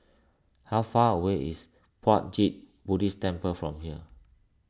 how far away is Puat Jit Buddhist Temple from here